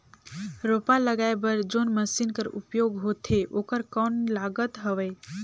रोपा लगाय बर जोन मशीन कर उपयोग होथे ओकर कौन लागत हवय?